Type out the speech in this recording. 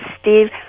Steve